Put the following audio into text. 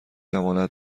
امانت